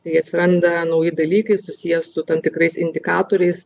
kai atsiranda nauji dalykai susiję su tam tikrais indikatoriais